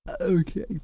Okay